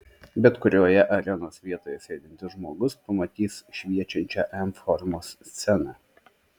bet kurioje arenos vietoje sėdintis žmogus pamatys šviečiančią m formos sceną